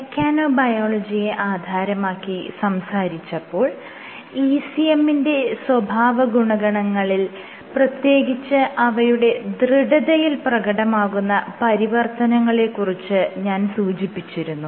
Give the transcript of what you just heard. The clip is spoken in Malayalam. മെക്കാനോബയോളജിയെ ആധാരമാക്കി സംസാരിച്ചപ്പോൾ ECM ന്റെ സ്വഭാവഗുണങ്ങളിൽ പ്രത്യേകിച്ച് അവയുടെ ദൃഢതയിൽ പ്രകടമാകുന്ന പരിവർത്തനങ്ങളെ കുറിച്ച് ഞാൻ സൂചിപ്പിച്ചിരുന്നു